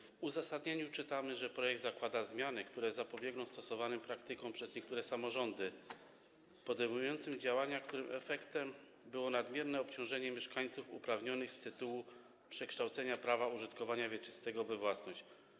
W uzasadnieniu czytamy, że projekt zakłada zmiany, które zapobiegną praktykom stosowanym przez niektóre samorządy podejmujące działania, których efektem było nadmierne obciążenie mieszkańców uprawnionych z tytułu przekształcenia prawa użytkowania wieczystego w własność.